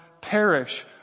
perish